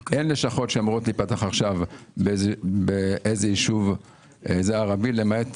אין לשכות שאמורות להיפתח עכשיו בישוב ערבי למעט